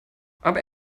aber